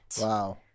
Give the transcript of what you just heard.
Wow